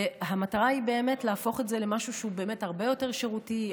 והמטרה היא להפוך את זה למשהו שהוא באמת הרבה יותר שירותי,